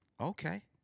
Okay